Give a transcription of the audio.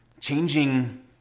Changing